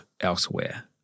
elsewhere